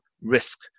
risk